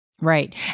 Right